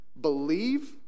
believe